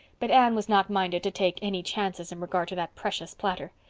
but anne was not minded to take any chances in regard to that precious platter.